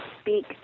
speak